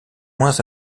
moins